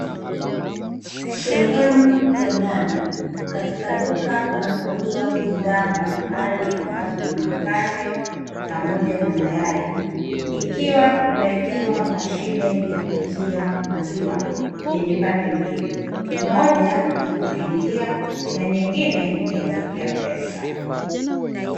Sehemu ya ndani katika duka panapouzwa bidhaa mbalimbali ambazo ni mikate pamoja na mayai, ikiwa imeekewa mashine ya kuuzia maziwa, yenye pande mbili, moja ya kukingia na nyingine ya kuwekea pesa.